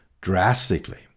drastically